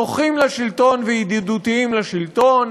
נוחים לשלטון וידידותיים לשלטון.